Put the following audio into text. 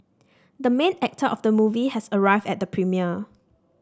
the main actor of the movie has arrived at the premiere